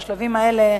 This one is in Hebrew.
בשלבים האלה,